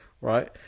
right